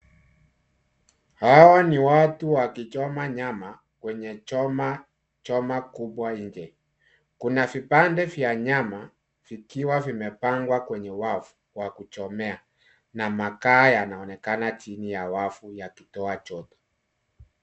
Hawa ni watu wakichoma nyama kwenye choma kubwa nje. Kuna viande vya nyama vikiwa vimepangwa kwenye wavu wa kuchomea na makaa yanaonekana chini ya wavu yakitoa joto.